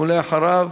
ולאחריו,